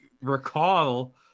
recall